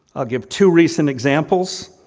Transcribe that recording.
i'll give two recent examples.